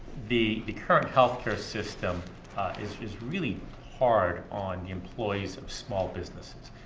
the the current healthcare system is is really hard on the employees of small businesses.